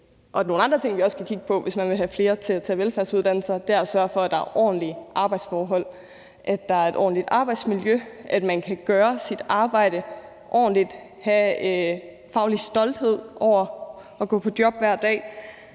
Nogle andre ting, vi også skal kigge på, hvis man vil have flere til at tage velfærdsuddannelser, er at sørge for, der er ordentlige arbejdsforhold, at der er et ordentligt arbejdsmiljø, at man kan gøre sit arbejde ordentligt og have faglig stolthed over at gå på job hver dag.